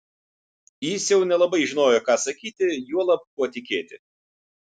jis jau nelabai žinojo ką sakyti juolab kuo tikėti